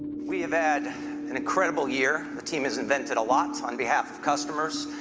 we have had an incredible year. the team has invented a lot on behalf of customers,